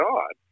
God